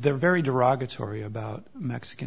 they're very derogatory about mexican